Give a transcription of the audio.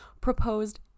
proposed